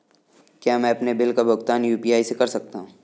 क्या मैं अपने बिल का भुगतान यू.पी.आई से कर सकता हूँ?